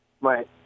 Right